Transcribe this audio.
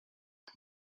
but